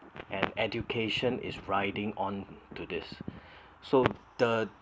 and education is riding on to this so the